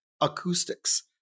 acoustics